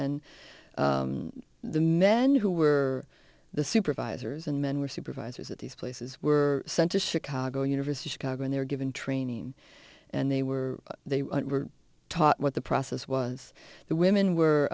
and the men who were the supervisors and men were supervisors at these places were sent to chicago university chicago and they were given training and they were they were taught what the process was the women were